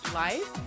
life